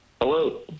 Hello